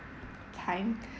time